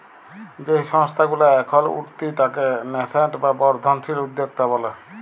যেই সংস্থা গুলা এখল উঠতি তাকে ন্যাসেন্ট বা বর্ধনশীল উদ্যক্তা ব্যলে